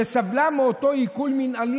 שסבלה מאותו עיקול מינהלי,